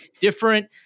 different